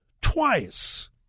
twice